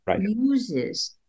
uses